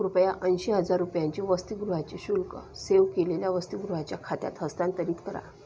कृपया ऐंशीहजार रुपयांची वसतिगृहाचे शुल्क सेव केलेल्या वसतिगृहाच्या खात्यात हस्तांतरित करा